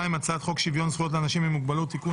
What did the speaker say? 2.הצעת חוק שוויון זכויות לאנשים עם מוגבלות (תיקון,